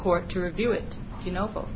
court to review it you know